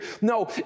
No